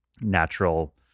natural